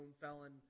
felon